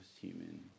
human